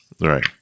Right